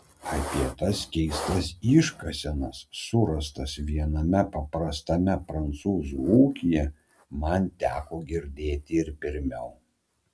apie tas keistas iškasenas surastas viename paprastame prancūzų ūkyje man teko girdėti ir pirmiau